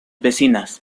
vecinas